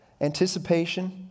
anticipation